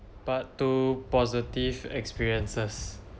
part two positive experiences